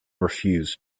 refused